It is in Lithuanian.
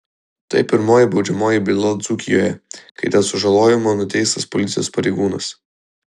tai pirmoji baudžiamoji byla dzūkijoje kai dėl sužalojimo nuteistas policijos pareigūnas